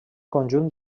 conjunt